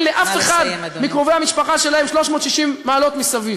לאף אחד מקרובי המשפחה שלהם 360 מעלות מסביב.